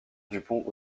dupont